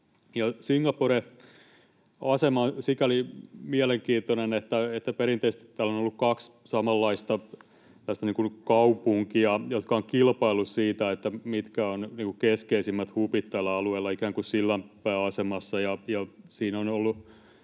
Singaporen asema on sikäli mielenkiintoinen, että perinteisesti on ollut kaksi samanlaista kaupunkia, jotka ovat kilpailleet siitä, mitkä ovat keskeisimmät hubit tällä alueella, ikään kuin sillanpääasemassa.